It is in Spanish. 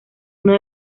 uno